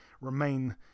remain